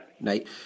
Right